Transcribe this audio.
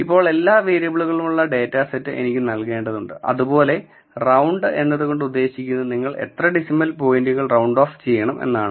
ഇപ്പോൾ എല്ലാ വേരിയബിളുകളുമുള്ള ഡാറ്റാസെറ്റ് എനിക്ക് നൽകേണ്ടതുണ്ട് അതുപോലെ പോലെ റൌണ്ട് എന്നതുകൊണ്ട് ഉദ്ദേശിക്കുന്നത് നിങ്ങൾ എത്ര ഡെസിമൽ പോയിന്റുകൾ റൌണ്ട് ഓഫ് ചെയ്യണം എന്നാണ്